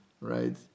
right